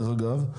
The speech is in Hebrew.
דרך אגב,